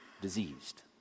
diseased